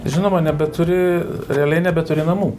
žinoma nebeturi realiai nebeturi namų